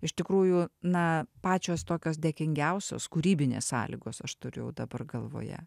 iš tikrųjų na pačios tokios dėkingiausios kūrybinės sąlygos aš turiu dabar galvoje